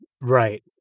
Right